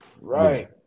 Right